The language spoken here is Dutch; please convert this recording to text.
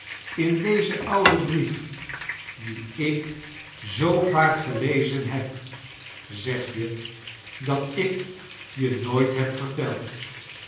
in dien ouden brief dien ik zoo vaak gelezen heb zeg je dat ik je no ait heb verteld